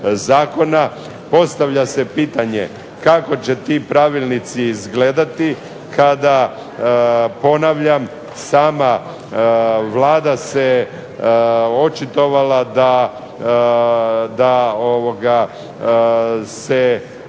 zakona. Postavlja se pitanje kako će ti pravilnici izgledati kada ponavljam sama Vlada se očitovala da se